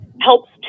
helps